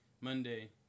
Monday